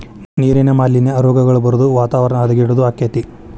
ನೇರಿನ ಮಾಲಿನ್ಯಾ, ರೋಗಗಳ ಬರುದು ವಾತಾವರಣ ಹದಗೆಡುದು ಅಕ್ಕತಿ